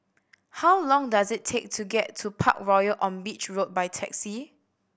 how long does it take to get to Parkroyal on Beach Road by taxi